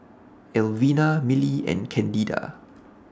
Elvina Millie and Candida